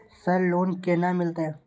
Sir loan केना मिलते?